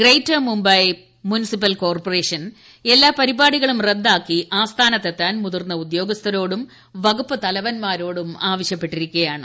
greater Mumbai municipal corporation എല്ലാ പരിപാടികളും റദ്ദാക്കി ആസ്ഥാനത്തെത്താൻ മുതിർന്ന ഉദ്യോഗസ്ഥരോടും വകുപ്പ് തലവ്യന്മാരോടും ആവശ്യപ്പെട്ടിരിക്കുകയാണ്